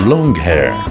Longhair